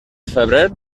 febrer